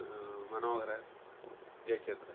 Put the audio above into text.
Manoharan Jayachandran